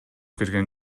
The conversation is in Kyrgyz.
кирген